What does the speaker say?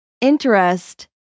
Interest